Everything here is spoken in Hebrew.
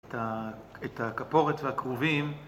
‫את ה... את הכפורת והכרובים.